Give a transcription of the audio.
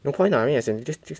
no point ah I mean as in just just